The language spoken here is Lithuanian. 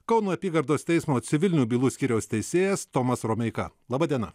kauno apygardos teismo civilinių bylų skyriaus teisėjas tomas romeika laba diena